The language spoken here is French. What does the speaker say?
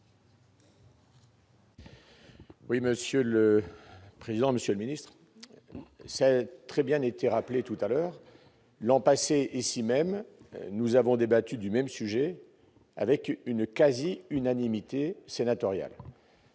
Oui, Monsieur le président, Monsieur le Ministre, vous savez très bien été rappelé tout à l'heure l'an passé, ici même, nous avons débattu du même sujet avec une quasi-unanimité, sénatoriales.